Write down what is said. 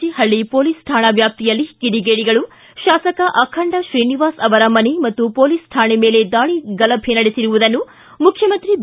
G Halli police ಕಾಣಾ ವ್ಯಾಪ್ತಿಯಲ್ಲಿ ಕಿಡಿಗೇಡಿಗಳು ಶಾಸಕ ಅಖಂಡ ಶ್ರೀನಿವಾಸ ಅವರ ಮನೆ ಹಾಗೂ ಪೋಲೀಸ್ ಠಾಣೆ ಮೇಲೆ ದಾಳಿ ಗಲಭೆ ನಡೆಸಿರುವುದನ್ನು ಮುಖ್ಯಮಂತ್ರಿ ಬಿ